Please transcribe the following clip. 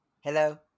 Hello